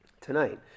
tonight